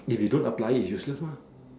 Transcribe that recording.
if you don't apply it is useless lah